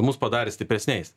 mus padarė stipresniais